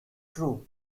true